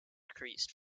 increased